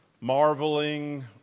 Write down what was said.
marveling